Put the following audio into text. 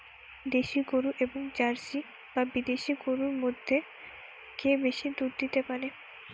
দেশী গরু এবং জার্সি বা বিদেশি গরু মধ্যে কে বেশি দুধ দিতে পারে?